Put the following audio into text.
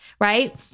right